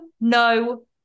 no